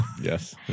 Yes